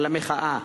על המחאה.